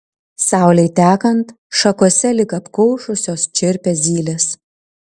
saulei tekant šakose lyg apkaušusios čirpia zylės